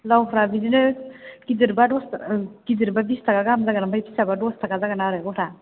लावफ्रा बिदिनो गिदिरबा दस गिदिरबा बिस ताका गाहाम जागोन ओमफ्राय फिसाबा दस ताका जागोन आरो गथा